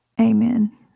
amen